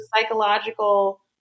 psychological